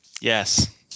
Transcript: Yes